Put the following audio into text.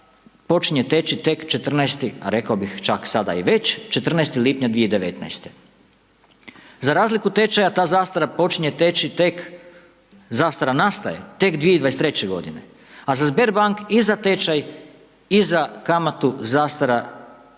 počinje teći tek 14-esti, a rekao bih čak sada i već 14. lipnja 2019. Za razliku tečaja, ta zastara počinje teći tek, zastara nastaje tek 2023.g., a za Sberbank i za tečaj i za kamatu zastara